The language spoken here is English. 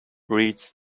reads